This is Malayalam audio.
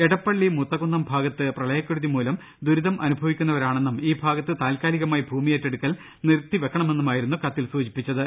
എടപ്പള്ളി മൂത്തകുന്നം ഭാഗത്ത് പ്രളയക്കെടുതി മൂലം ദുരിതം അനുഭവിക്കുന്നവരാണെന്നും ഈ ഭാഗത്ത് താൽക്കാലികമായി ഭൂമി യേറ്റെടുക്കൽ നിർത്തിവെക്കണമെന്നുമായിരുന്നു കത്തിൽ സൂചിപ്പി ച്ചത്